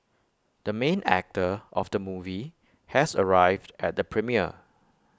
the main actor of the movie has arrived at the premiere